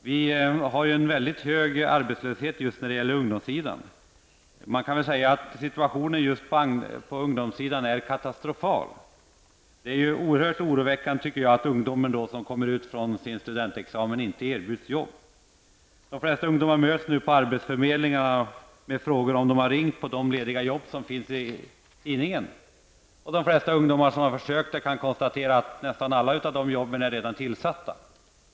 Vi har ju nu en väldigt hög arbetslöshet bland ungdomarna. Man kan väl säga att situationen på ungdomssidan är katastrofal. Det är oerhört oroväckande, tycker jag, att ungdomar som kommer ut från sin studentexamen inte erbjuds jobb. De flesta ungdomar möts på arbetsförmedlingarna med frågor om de har ringt på de lediga jobb som finns i tidningen. De flesta ungdomar som har försökt det kan konstatera att nästan alla av de jobben redan är tillsatta.